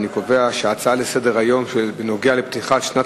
אני קובע שההצעות לסדר-היום בנוגע לפתיחת שנת